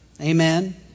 Amen